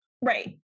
right